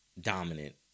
dominant